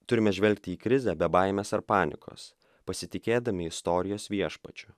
turime žvelgti į krizę be baimės ar panikos pasitikėdami istorijos viešpačiu